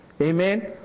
Amen